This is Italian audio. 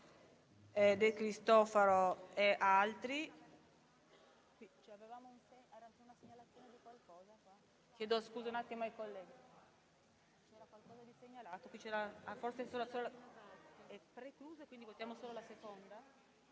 De Cristofaro e da altri